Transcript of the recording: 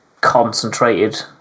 concentrated